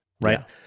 Right